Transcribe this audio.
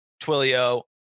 Twilio